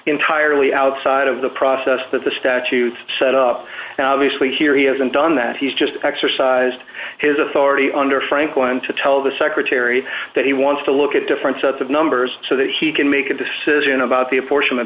entirely outside of the process that the statute set up now obviously here he hasn't done that he's just exercised his authority under franklin to tell the secretary that he wants to look at different sets of numbers so that he can make a decision about the unfortunate